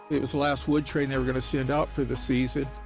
it was the last wood train they were going to send out for the season.